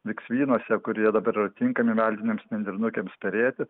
viksvynuose kurie dabar yra tinkami meldinėms nendrinukėms perėti